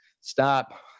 stop